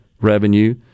revenue